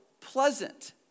pleasant